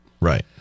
Right